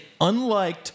unliked